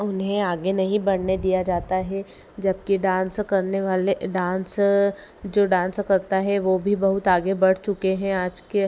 उन्हें आगे नहीं बढ़ने दिया जाता है जबकि डान्स करनेवाले डान्स जो डान्स करते हैं वह भी बहुत आगे बढ़ चुके हैं आज के